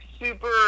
super